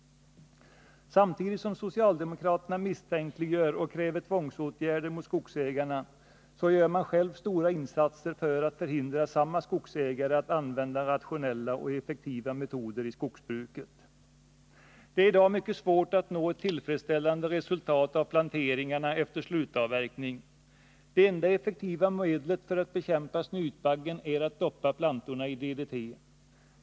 Samtidigt som socialdemokraterna misstänkliggör skogsägarna och kräver tvångsåtgärder mot dem gör de själva stora insatser för att förhindra samma skogsägare att använda rationella och effektiva metoder i skogsbruket. Det är i dag mycket svårt att nå ett tillfredsställande resultat av planteringarna efter slutavverkning. Det enda effektiva medlet för att bekämpa snytbaggen är att doppa plantorna i DDT.